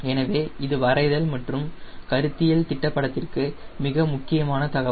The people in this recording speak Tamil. எனவே இது வரைதல் மற்றும் கருத்தியல் திட்ட படத்திற்கு மிக முக்கியமான தகவல்